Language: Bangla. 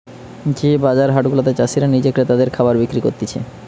যে বাজার হাট গুলাতে চাষীরা নিজে ক্রেতাদের খাবার বিক্রি করতিছে